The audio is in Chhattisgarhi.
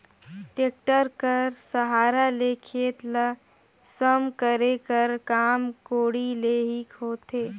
टेक्टर कर सहारा ले खेत ल सम करे कर काम कोड़ी ले ही होथे